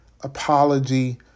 apology